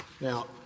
Now